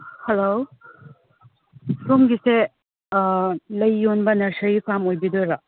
hello ꯁꯣꯝꯒꯤꯁꯦ ꯂꯩꯌꯣꯟꯕ nursery farm ꯑꯣꯏꯕꯤꯗꯣꯏꯔꯣ